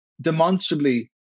demonstrably